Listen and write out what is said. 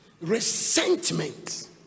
resentment